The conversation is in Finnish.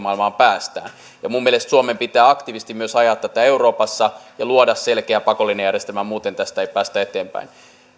maailmaan päästään minun mielestäni suomen pitää myös aktiivisesti ajaa tätä euroopassa ja luoda selkeä pakollinen järjestelmä muuten tästä ei päästä eteenpäin